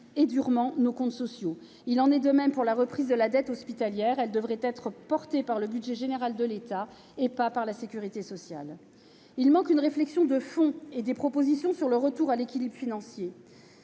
et durement nos comptes sociaux. Il en est de même pour la reprise de la dette hospitalière : elle devrait être portée par le budget général de l'État et non par la sécurité sociale. Il manque une réflexion de fond et des propositions sur le retour à l'équilibre financier.